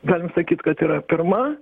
galim sakyt kad yra pirma